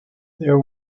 their